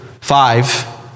five